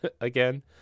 again